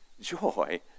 joy